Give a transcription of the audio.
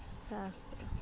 ಸಾಕು